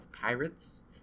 Pirates